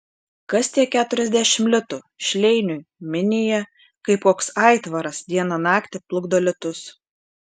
kas tie keturiasdešimt litų šleiniui minija kaip koks aitvaras dieną naktį plukdo litus